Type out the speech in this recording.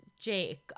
Jake